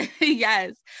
yes